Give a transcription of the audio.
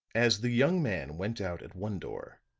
as the young man went out at one door,